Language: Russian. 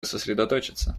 сосредоточиться